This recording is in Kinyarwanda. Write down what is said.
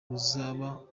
uzaba